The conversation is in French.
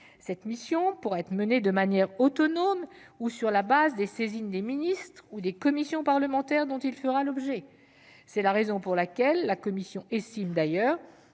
Cette mission pourra être menée de manière autonome ou en s'appuyant sur les saisines des ministres ou des commissions parlementaires dont le conseil fera l'objet. C'est la raison pour laquelle la commission estime que